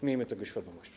Miejmy tego świadomość.